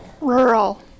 Rural